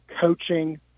coaching